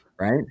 right